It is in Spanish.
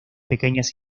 pequeñas